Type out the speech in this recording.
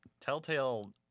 Telltale